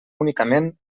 únicament